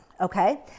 okay